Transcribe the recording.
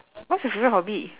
what's your favourite hobby